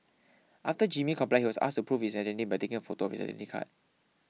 after Jimmy complied he was asked to prove his identity by taking a photo of his Identity Card